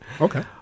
Okay